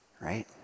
Right